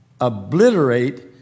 obliterate